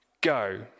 go